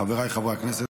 חבריי חברי הכנסת,